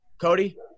Cody